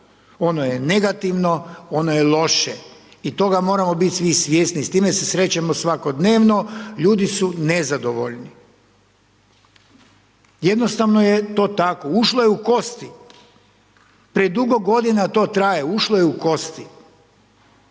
ono je negativno, ono je loše i toga moramo biti svi svjesni, s time se srećemo svakodnevno, ljudi su nezadovoljni. Jednostavno je to tako, ušlo je u kosti, predugo godina to traje, ušlo je u kosti.